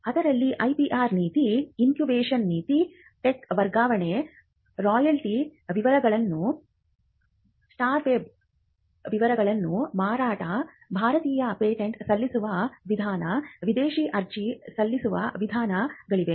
ಅವರಲ್ಲಿ IPR ನೀತಿ incubation ನೀತಿ ಟೆಕ್ ವರ್ಗಾವಣೆ ರಾಯಲ್ಟಿ ವಿವರಗಳು ಸಾಫ್ಟ್ವೇರ್ ವಿವರಗಳ ಮಾರಾಟ ಭಾರತೀಯ ಪೇಟೆಂಟ್ ಸಲ್ಲಿಸುವ ವಿಧಾನ ವಿದೇಶಿ ಅರ್ಜಿ ಸಲ್ಲಿಸುವ ವಿಧಾನವಿದೆ